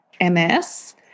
MS